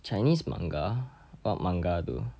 chinese manga what manga though